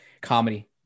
comedy